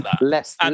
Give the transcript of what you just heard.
less